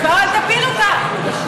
אז אל תפיל אותה.